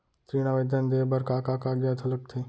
ऋण आवेदन दे बर का का कागजात ह लगथे?